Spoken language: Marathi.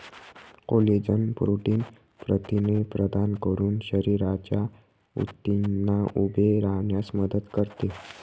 कोलेजन प्रोटीन प्रथिने प्रदान करून शरीराच्या ऊतींना उभे राहण्यास मदत करते